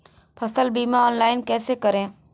फसल बीमा ऑनलाइन कैसे करें?